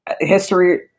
history